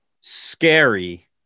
scary